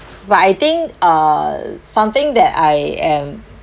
but I think uh something that I am